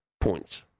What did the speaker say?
points